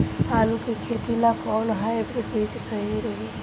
आलू के खेती ला कोवन हाइब्रिड बीज सही रही?